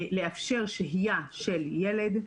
לאפשר שהייה של ילד,